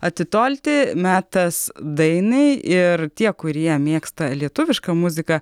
atitolti metas dainai ir tie kurie mėgsta lietuvišką muziką